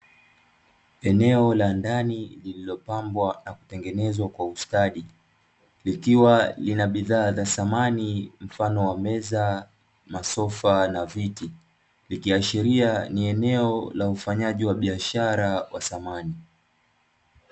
Eneo la ndani liliopambwa na kutengenezwa kwa ustadi, likiwa na bidhaa za samani mfano wa: meza, masofa na viti; likiashiria ni eneo la ufanyaji biashara wa samani.